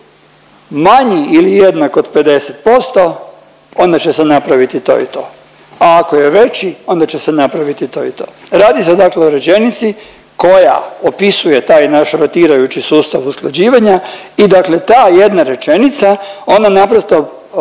onda će se napraviti 50% onda će se napraviti to i to, a ako je veći onda će se napraviti to i to. Radi se dakle o rečenici koja opisuje taj naš rotirajući sustav usklađivanja i dakle ta jedna rečenica ona naprosto